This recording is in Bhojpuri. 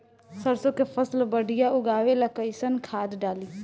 सरसों के फसल बढ़िया उगावे ला कैसन खाद डाली?